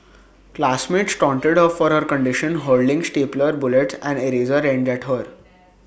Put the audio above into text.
classmates taunted her for her condition hurling stapler bullets and eraser ends at her